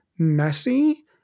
messy